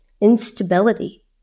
instability